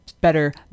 Better